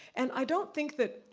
and i don't think that,